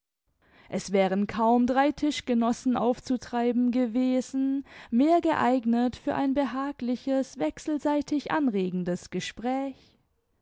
es wären kaum drei tischgenossen aufzutreiben gewesen mehr geeignet für ein behagliches wechselseitig anregendes gespräch